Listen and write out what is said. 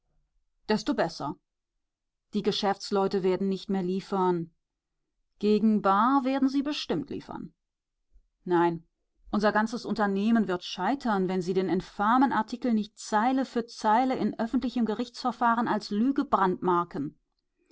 desto besser die geschäftsleute werden nicht mehr liefern gegen bar werden sie bestimmt liefern nein unser ganzes unternehmen wird scheitern wenn sie den infamen artikel nicht zeile für zeile in öffentlichem gerichtsverfahren als lüge brandmarken